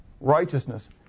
righteousness